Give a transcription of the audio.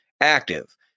active